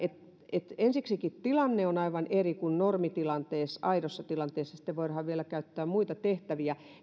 eli ensiksikin tilanne on aivan eri kuin normitilanteessa aidossa tilanteessa ja sitten voidaan vielä käyttää muita tehtäviä